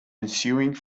ensuing